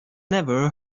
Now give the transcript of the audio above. never